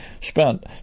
spent